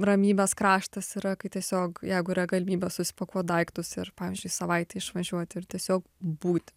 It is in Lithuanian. ramybės kraštas yra kai tiesiog jeigu yra galimybė susipakuot daiktus ir pavyzdžiui savaitei išvažiuot ir tiesiog būti